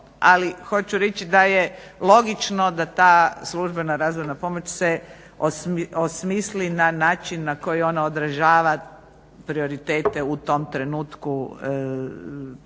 ali hoću reći da je logično da ta službena razvojna pomoć se osmisli na način na koji ono odražava prioritete u tom trenutku